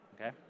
Okay